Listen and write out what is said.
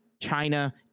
China